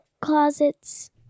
closets